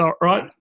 Right